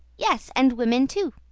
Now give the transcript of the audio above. yes, and women too.